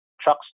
trucks